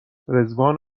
رضوان